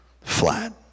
flat